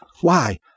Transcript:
Why